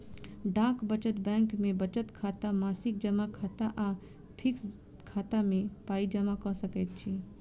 डाक बचत बैंक मे बचत खाता, मासिक जमा खाता आ फिक्स खाता मे पाइ जमा क सकैत छी